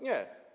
Nie.